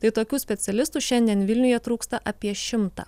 tai tokių specialistų šiandien vilniuje trūksta apie šimtą